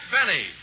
Benny